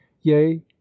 yea